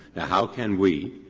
ah how can we